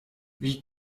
wie